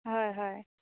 হয় হয়